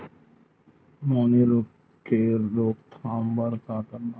मैनी रोग के रोक थाम बर का करन?